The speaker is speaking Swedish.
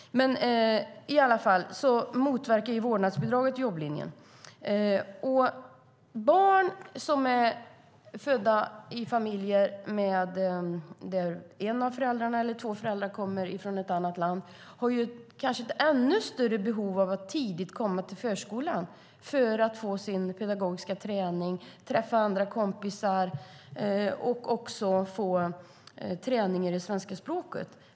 Men vårdnadsbidraget motverkar i alla fall jobblinjen. Barn som är födda i familjer där en av föräldrarna eller båda kommer från ett annat land kanske har ett ännu större behov av att tidigt komma till förskolan för att få sin pedagogiska träning, träffa kompisar och få träning i det svenska språket.